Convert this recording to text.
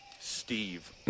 Steve